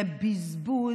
זה בזבוז.